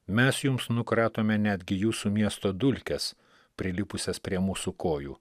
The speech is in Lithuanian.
mes jums nukratome netgi jūsų miesto dulkes prilipusias prie mūsų kojų